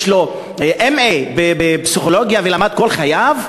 יש לו M.A. בפסיכולוגיה ולמד כל חייו?